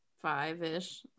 Five-ish